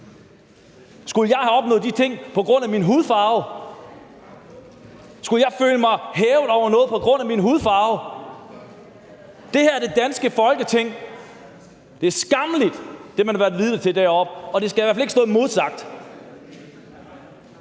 Skulle jeg have opnået de ting på grund af min hudfarve? Skulle jeg føle mig hævet over noget på grund af min hudfarve? Det her er det danske Folketing, og det er skammeligt, hvad man har været vidne til deroppefra, og det skal i hvert fald ikke stå uimodsagt.